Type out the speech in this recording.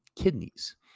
kidneys